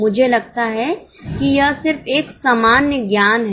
मुझे लगता है कि यह सिर्फ एक सामान्य ज्ञान है